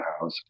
house